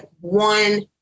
one